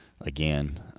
again